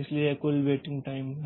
इसलिए यह कुल वेटिंग टाइम है